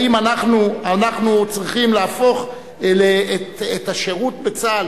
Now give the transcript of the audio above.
האם אנחנו צריכים להפוך את השירות בצה"ל